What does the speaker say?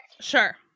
Sure